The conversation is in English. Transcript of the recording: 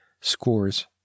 scores